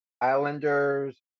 Islanders